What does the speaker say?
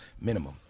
minimum